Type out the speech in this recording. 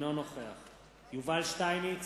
אינו נוכח יובל שטייניץ,